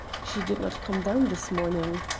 she did not come down this morning.